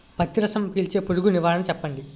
పత్తి రసం పీల్చే పురుగు నివారణ చెప్పండి?